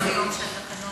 שמענו היום שהתקנות לא,